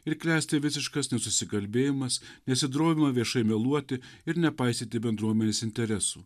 ir klesti visiškas nesusikalbėjimas nesidrovima viešai meluoti ir nepaisyti bendruomenės interesų